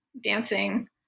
dancing